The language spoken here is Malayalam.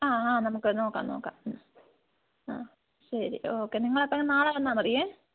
ആ ആ നമുക്ക് നോക്കാം നോക്കാം ഉം ആ ശരി ഓക്കേ നിങ്ങൾ അപ്പോൾ നാളെ വന്നാൽ മതിയേ